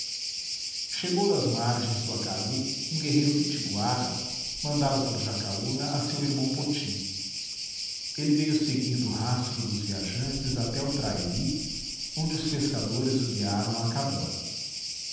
chegou das margens do acarú um guerreiro pitiguara mandado por jacaúna a seu irmão poti ele veio seguindo o rastro dos viajantes até o trairi onde os pescadores o guiaram à cabana